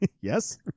Yes